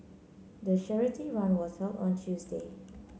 the charity run was held on Tuesday